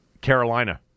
Carolina